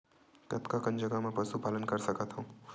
कतका कन जगह म पशु पालन कर सकत हव?